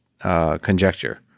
conjecture